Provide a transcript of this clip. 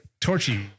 Torchy